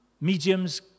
mediums